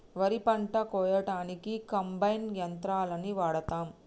వరి పంట కోయడానికి కంబైన్ యంత్రాలని వాడతాం